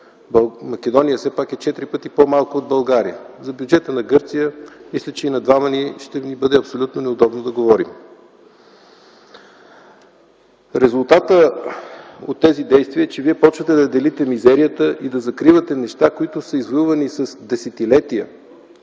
Македония все пак е четири пъти по-малка от България. За бюджета на Гърция мисля, че и на двама ни ще ни бъде абсолютно неудобно да говорим. Резултатът от тези действия е, че Вие започвате да делите мизерията и да закривате неща, които са извоювани с десетилетия,